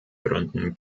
gründen